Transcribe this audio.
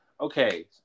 Okay